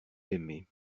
aimé